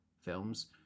films